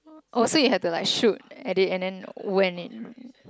oh so you have to like shoot at it and then when it